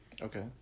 Okay